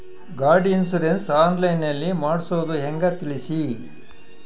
ಗಾಡಿ insurance online ನಲ್ಲಿ ಮಾಡ್ಸೋದು ಹೆಂಗ ತಿಳಿಸಿ?